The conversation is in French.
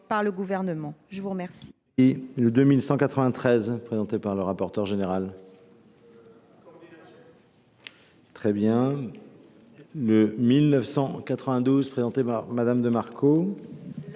Je vous remercie